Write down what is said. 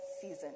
season